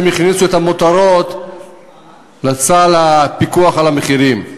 הם הכניסו את המותרות לסל הפיקוח על המחירים.